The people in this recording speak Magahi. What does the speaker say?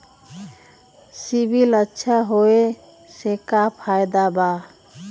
सिबिल अच्छा होऐ से का फायदा बा?